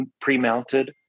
pre-mounted